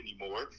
anymore